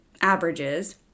averages